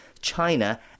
China